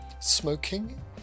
smoking